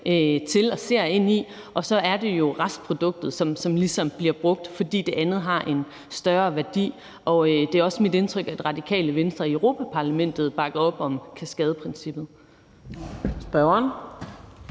rigtig meget træ til Og så er det jo restproduktet, som ligesom bliver brugt, fordi det andet har en større værdi. Det er også mit indtryk, at Radikale Venstre i Europa-Parlamentet bakker op om kaskadeprincippet. Kl.